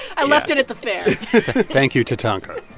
i left it at the fair thank you, tatanka